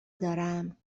دارم